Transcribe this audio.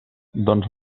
doncs